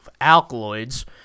alkaloids